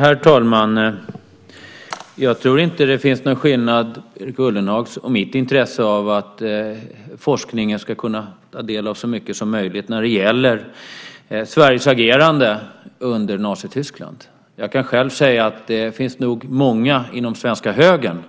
Herr talman! Jag tror inte att det finns någon skillnad på Erik Ullenhags och mitt intresse av att forskningen ska kunna ta del av så mycket som möjligt när det gäller Sveriges agerande under nazitiden. Jag kan säga att det nog finns många inom den svenska högern